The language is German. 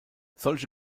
solche